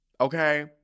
Okay